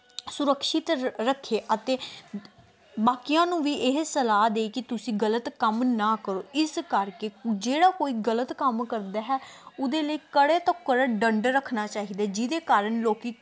ਸੁਰਕਸ਼ਿਤ ਰ ਰੱਖੇ ਅਤੇ ਬਾਕੀਆਂ ਨੂੰ ਵੀ ਇਹ ਸਲਾਹ ਦੇ ਕਿ ਤੁਸੀਂ ਗਲਤ ਕੰਮ ਨਾ ਕਰੋ ਇਸ ਕਰਕੇ ਜਿਹੜਾ ਕੋਈ ਗਲਤ ਕੰਮ ਕਰਦਾ ਹੈ ਉਹਦੇ ਲਈ ਕੜੇ ਤੋਂ ਕੜੇ ਦੰਡ ਰੱਖਣਾ ਚਾਹੀਦਾ ਜਿਹਦੇ ਕਾਰਨ ਲੋਕ